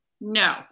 No